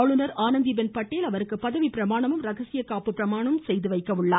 ஆளுநர் ஆனந்தி பென் பட்டேல் அவருக்கு பதவிபிரமாணமும் ரகசிய காப்பு பிரமாணமும் செய்து வைத்தார்